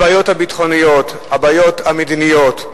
הבעיות הביטחוניות, הבעיות המדיניות,